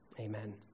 Amen